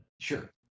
Sure